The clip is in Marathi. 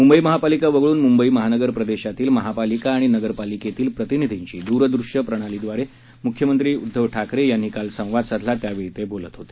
मुंबई महापालिका वगळून मुंबई महानगर प्रदेशातील महापालिका आणि नगरपालिकातील लोकप्रतिनिधींशी दूरदृश्य प्रणालीद्वारे मुख्यमंत्री ठाकरे यांनी आज संवाद साधला त्यावेळी ते बोलत होते